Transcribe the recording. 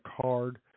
card